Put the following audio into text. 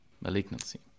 malignancy